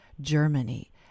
Germany